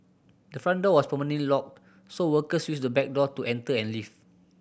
the front door was permanently locked so workers used the back door to enter and leave